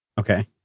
Okay